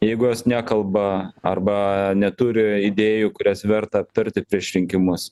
jeigu jos nekalba arba neturi idėjų kurias verta aptarti prieš rinkimus